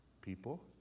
people